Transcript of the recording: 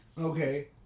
Okay